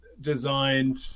designed